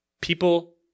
People